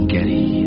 Getty